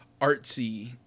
artsy